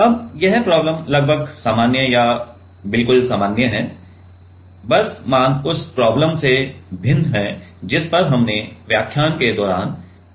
अब यह प्रॉब्लम लगभग समान या बिल्कुल समान है बस मान उस प्रॉब्लम से भिन्न हैं जिस पर हमने व्याख्यान के दौरान चर्चा की थी